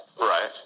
Right